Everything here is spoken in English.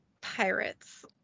pirates